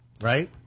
right